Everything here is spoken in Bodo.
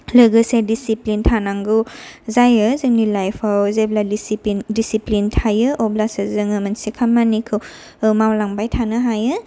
लोगोसे डिसिप्लिन थानांगौ जायो जोंनि लाइफयाव जेब्ला डिसिप्लिन थायो अब्लासो जोङो मोनसे खामानिखौ मावलांबाय थानो हायो